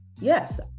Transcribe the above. Yes